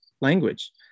language